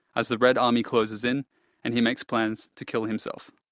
as the red army closes in and he makes plans to kill himself.